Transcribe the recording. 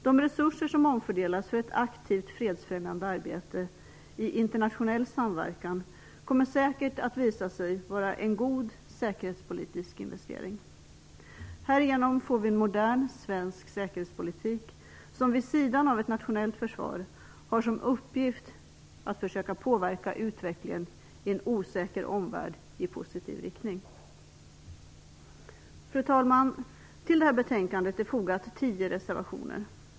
De resurser som omfördelas för ett aktivt fredsfrämjande arbete i internationell samverkan kommer säkert att visa sig vara en god säkerhetspolitisk investering. Härigenom får vi en modern svensk säkerhetspolitik som vid sidan av ett nationellt försvar har som uppgift att försöka påverka utvecklingen i en osäker omvärld i positiv riktning. Fru talman! Till detta betänkande är fogat tio reservationer.